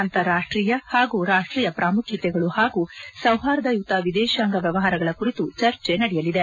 ಅಂತಾರಾಷ್ಟೀಯ ಹಾಗೂ ರಾಷ್ಟೀಯ ಪ್ರಾಮುಖ್ಯತೆಗಳು ಹಾಗೂ ಸೌಹಾರ್ದಯುತ ವಿದೇಶಾಂಗ ವ್ಯವಹಾರಗಳ ಕುರಿತು ಚರ್ಚೆ ನಡೆಯಲಿದೆ